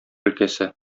өлкәсе